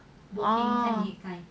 orh